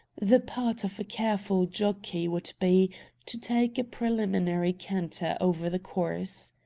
the part of a careful jockey would be to take a preliminary canter over the course.